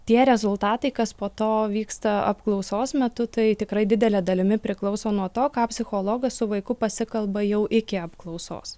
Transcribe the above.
tie rezultatai kas po to vyksta apklausos metu tai tikrai didele dalimi priklauso nuo to ką psichologas su vaiku pasikalba jau iki apklausos